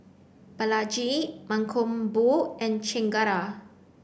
Balaji Mankombu and Chengara